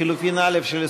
לחלופין א' של מס'